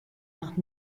nach